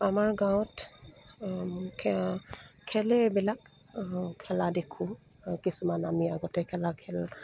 আমাৰ গাঁৱত খেলে এইবিলাক খেলা দেখোঁ কিছুমান আমি আগতে খেলা খেল